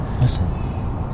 Listen